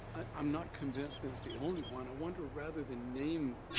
i'm not convinced it's the only one. i wonder rather than name.